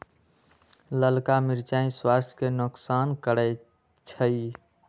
ललका मिरचाइ स्वास्थ्य के नोकसान करै छइ